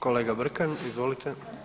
Kolega Brkan, izvolite.